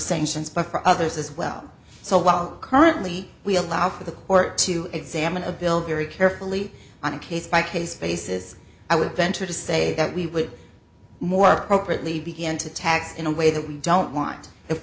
sanctions but for others as well so while currently we allow for the court to examine a bill very carefully on a case by case basis i would venture to say that we would more appropriately begin to tax in a way that we don't want if